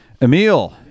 Emil